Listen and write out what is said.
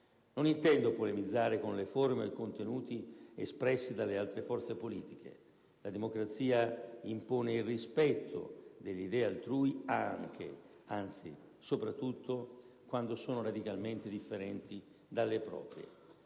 Non intendo polemizzare con le forme e i contenuti espressi dalle altre forze politiche. La democrazia impone il rispetto delle idee altrui anche - anzi soprattutto -quando sono radicalmente differenti dalle proprie.